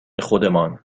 خودمان